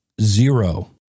zero